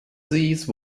these